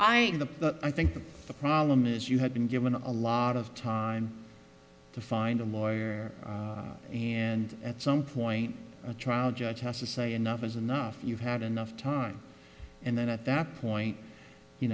the i think the problem is you have been given a lot of time to find a more and at some point a trial judge has to say enough is enough you've had enough time and then at that point you